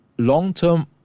long-term